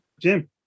Jim